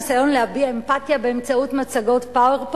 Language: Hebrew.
ניסיון להביע אמפתיה באמצעות PowerPoint,